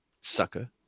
Sucker